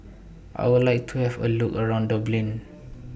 I Would like to Have A Look around Dublin